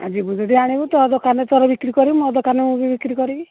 ଯିବୁ ଯଦି ଆଣିବୁ ତୋ ଦୋକାନରେ ତୁ ବିକ୍ରି କରିବୁ ମୋ ଦୋକାନରେ ମୁଁ ବିକ୍ରି କରିବି